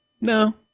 no